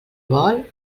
vol